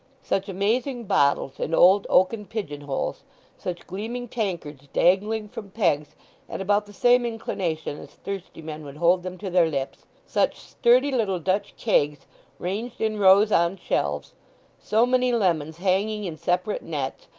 such amazing bottles in old oaken pigeon-holes such gleaming tankards dangling from pegs at about the same inclination as thirsty men would hold them to their lips such sturdy little dutch kegs ranged in rows on shelves so many lemons hanging in separate nets,